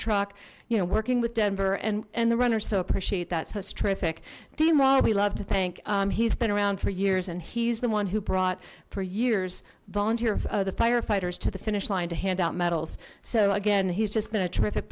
truck you know working with denver and and the runners so appreciate that's that's terrific dean wall we love to thank he's been around for years and he's the one who brought four years volunteer of the firefighters to the finish line to hand out medals so again he's just been a terrific